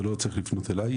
זה לא צריך לפנות אליי,